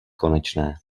konečné